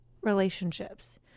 relationships